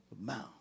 mouth